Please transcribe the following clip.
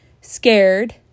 scared